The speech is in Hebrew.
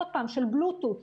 עוד פעם: של בלוטות',